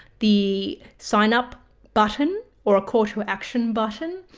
the sign up button or a call to action button,